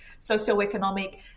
socioeconomic